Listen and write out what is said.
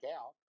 out